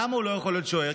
למה הוא לא יכול להיות שוער?